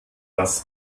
das